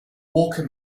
walker